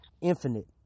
infinite